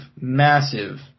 massive